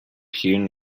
hewn